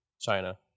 China